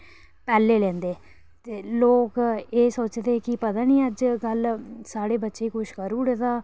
पैह्लें लैंदे ते लोग एह् सोचदे न कि पता निं अजकल साढ़े बच्चे गी कुछ करी ओड़दा